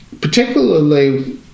Particularly